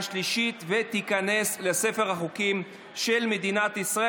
השלישית ותיכנס לספר החוקים של מדינת ישראל,